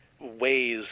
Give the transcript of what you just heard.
ways